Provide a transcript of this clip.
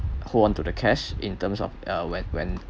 hold on to the cash in terms of uh when when